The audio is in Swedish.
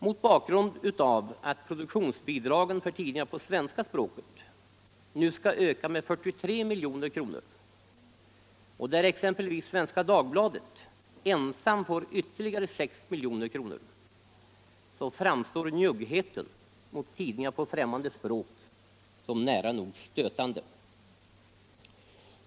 Mot bakgrund av att produktionsbidragen för tidningar på svenska språket nu skall öka med 43 milj.kr., varvid exempelvis Svenska Dagbladet ensamt får ytterligare 6 milj.kr., framstår njuggheten mot tidningar på främmande språk som nära nog stötande.